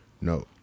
No